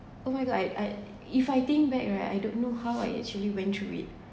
oh my god I if I think back right I don't know how I actually went through it